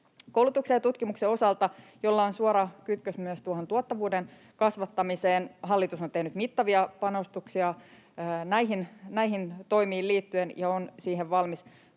Koulutuksen ja tutkimuksen osalta, joilla on suora kytkös myös tuohon tuottavuuden kasvattamiseen, hallitus on tehnyt mittavia panostuksia näihin toimiin liittyen ja on siihen valmis